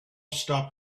stop